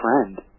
friend